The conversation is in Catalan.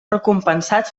recompensat